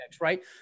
right